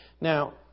Now